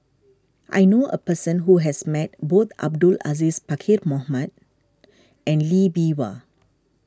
I know a person who has met both Abdul Aziz Pakkeer Mohamed and Lee Bee Wah